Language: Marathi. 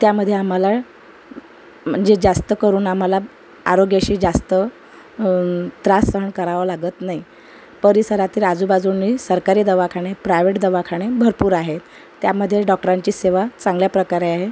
त्यामध्ये आम्हाला म्हणजे जास्त करून आम्हाला आरोग्याशी जास्त त्रास सहन करावा लागत नाही परिसरातील आजूबाजूने सरकारी दवाखाने प्रायवेट दवाखाने भरपूर आहे त्यामध्ये डॉक्टरांची सेवा चांगल्या प्रकारे आहे